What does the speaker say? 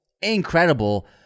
incredible